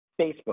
Facebook